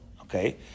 Okay